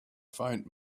faint